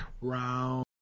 Round